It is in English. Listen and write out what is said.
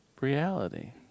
reality